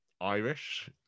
Irish